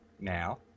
Now